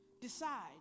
decide